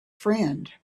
friend